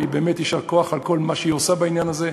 ובאמת יישר כוח על כל מה שהיא עושה בעניין הזה,